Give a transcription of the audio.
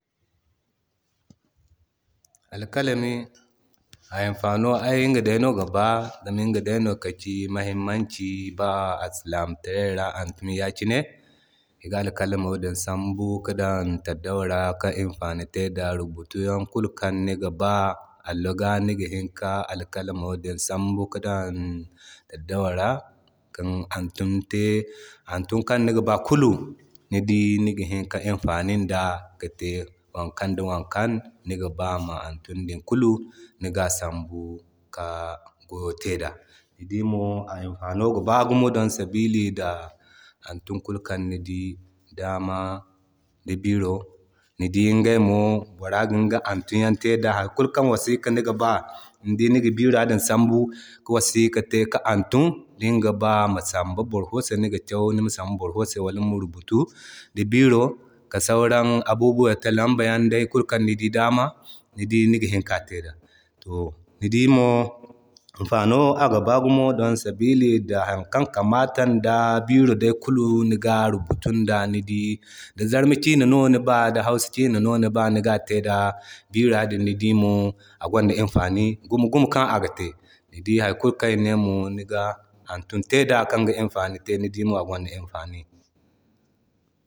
Alkalami a imfano iga day no ga ba zama iŋga day no kaci muhimmaci ba alsilamitarey ra hantumi ya kine. Iga alakalamo sambu ka dan taudawa ra ki imfani te da rubutuyan kulu kan niga ba allo ga niga hini ka alkalamo sambu ka dan taudawa ra kin hantumi te. Hantumi kan niga ba kulu ni dii niga hini ki imfani da kinte wakan da wokan niga ba nima hantumi kulu niga sambu ki goyo te da. Ni dii mo a imfano giba gumo don sabili da hantumi kulkan ni dii dama ni dii wo ni dii bora ginga hantumiyan te da hankulkan wasika niga ba ni dii niga bira din sambu ki wasika te ki hantum dinga ba ma samba boro fo se niga kyau Nima samba boro fo se walmo nima rubutu di biro ka sauran abubuwa ta lambayan day kulu kan ni dii dama ni ga hini ka te da. To ni dii mo a imfano ga baa gumo don sabili da hankan kamatan da biro day kulu niga rubutun da. Ni dii da Zarma ciina no ni ba da Hausa kina no ni ba niga te da, bira din ni dii mo agwanda imfani gumo-gumo kan aga te. Ni dii har kulkanmo ine niga hantumi te da kan ga imfani te ni dii agwanda imfani.